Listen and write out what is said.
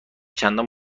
چندان